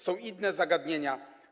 Są inne zagadnienia.